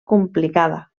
complicada